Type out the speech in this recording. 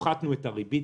הפחתנו את הריבית.